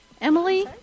Emily